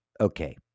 okay